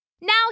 Now